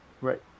right